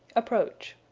approach.